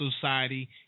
Society